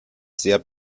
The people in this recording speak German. sehr